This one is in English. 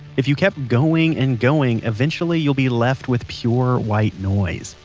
if you kept going and going, eventually, you'd be left with pure white noise.